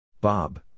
Bob